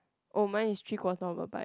oh mine is three quarter of a pie